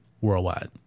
worldwide